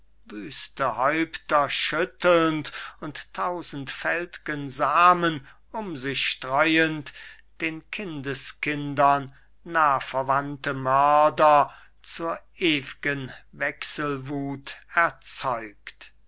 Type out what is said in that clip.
wüste häupter schüttelnd und tausendfält'gen samen um sich streuend den kindeskindern nahverwandte mörder zur ew'gen wechselwuth erzeugt